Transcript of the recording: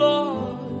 Lord